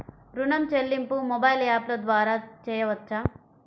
ఋణం చెల్లింపు మొబైల్ యాప్ల ద్వార చేయవచ్చా?